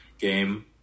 game